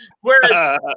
whereas